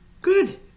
Good